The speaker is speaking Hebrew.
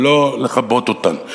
ולא לכבות אותן.